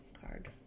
card